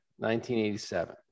1987